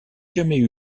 jamais